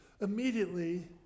Immediately